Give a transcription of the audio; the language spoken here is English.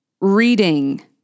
reading